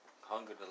hunger